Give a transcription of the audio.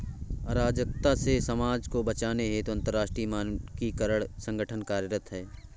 अराजकता से समाज को बचाने हेतु अंतरराष्ट्रीय मानकीकरण संगठन कार्यरत है